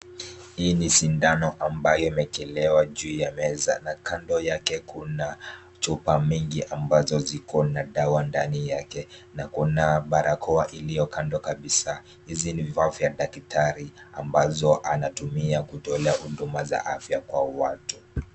Hii ni sindano ambayo imekelewa juu ya meza na kando yake kuna chupa mingi ambazo ziko na dawa ndani yake, na kuna barakoa iliyo kando kabisa. Hizi ni vifaa vya daktari ambazo anatumia kutolea huduma za afya kwa watu.